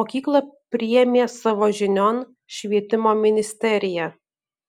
mokyklą priėmė savo žinion švietimo ministerija